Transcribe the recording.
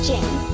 Jane